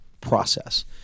process